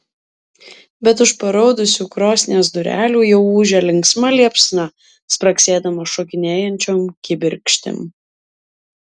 bet už paraudusių krosnies durelių jau ūžia linksma liepsna spragsėdama šokinėjančiom kibirkštim